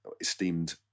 esteemed